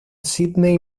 sidney